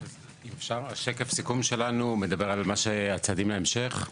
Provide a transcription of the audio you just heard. אם אפשר, שקף הסיכום שלנו מדבר על הצעדים להמשך.